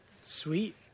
Sweet